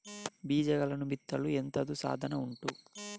ಬೀಜಗಳನ್ನು ಬಿತ್ತಲು ಎಂತದು ಸಾಧನ ಉಂಟು?